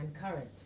current